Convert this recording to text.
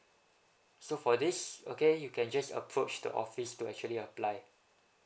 so for this okay you can just approach the office to actually apply